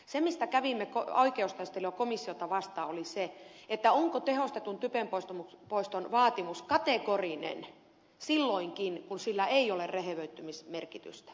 se mistä kävimme oikeustaistelua komissiota vastaan oli se onko tehostetun typenpoiston vaatimus kategorinen silloinkin kun sillä ei ole rehevöitymismerkitystä